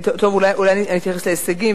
אולי אני אתייחס להישגים,